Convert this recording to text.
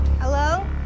Hello